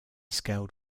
scaled